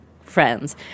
friends